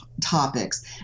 topics